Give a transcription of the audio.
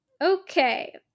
okay